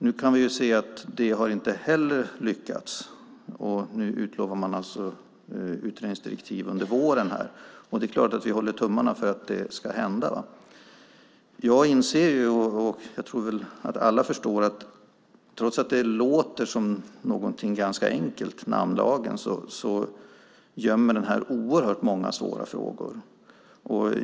Nu kan vi se att inte heller detta har lyckats. Nu utlovar man i stället utredningsdirektiv under våren. Det är klart att vi håller tummarna för att det ska bli verklighet. Jag inser, och jag tror att alla förstår, att trots att namnlagen låter som något ganska enkelt gömmer detta oerhört många svåra frågor.